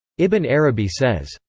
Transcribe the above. ibn arabi says,